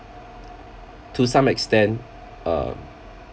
to some extent uh